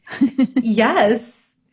Yes